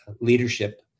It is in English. leadership